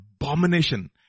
abomination